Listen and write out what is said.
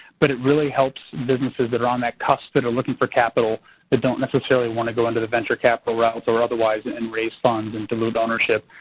but it really helps businesses that are on that cusp that are looking for capital that don't necessarily want to go into the venture capital route or otherwise and raise funds and to lose ownership.